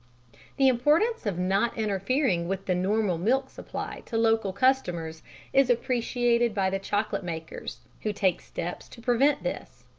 the importance of not interfering with the normal milk supply to local customers is appreciated by the chocolate makers, who take steps to prevent this.